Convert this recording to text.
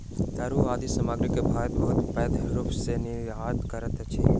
तूर आदि सामग्री के भारत बहुत पैघ रूप सॅ निर्यात करैत अछि